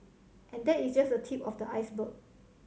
and that is just the tip of the iceberg